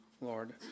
Lord